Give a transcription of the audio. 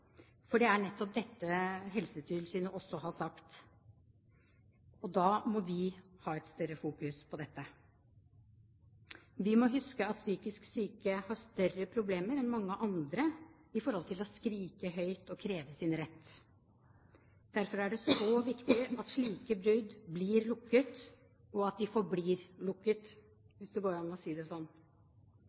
for det er nettopp dette Helsetilsynet også har sagt. Da må vi ha et større fokus på dette. Vi må huske at psykisk syke har større problemer enn mange andre med å skrike høyt og kreve sin rett. Derfor er det så viktig at slike brudd blir lukket, og at de forblir lukket, hvis det går an å si det sånn.